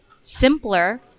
simpler